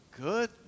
good